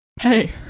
Hey